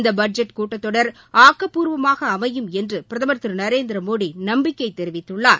இந்த பட்ஜெட் கூட்டத்தொடர் ஆக்கப்பூர்வமாக அமையும் என்று பிரதமர் திரு நரேந்திரமோடி நம்பிக்கை தெரிவித்துள்ளார்